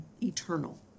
eternal